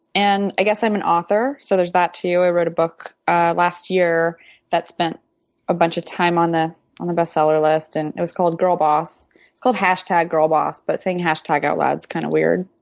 and i guess i'm an author, so there's that too. i wrote a book last year that spent a bunch of time on the on the best seller list. and it was called girl boss, it's called girlboss but saying hashtag out loud is kind of weird.